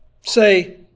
say